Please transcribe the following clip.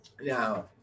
Now